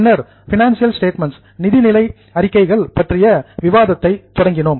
பின்னர் financial statements நிதிநிலை அறிக்கைகள் பற்றிய விவாதத்தை தொடங்கினோம்